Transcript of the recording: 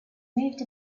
moved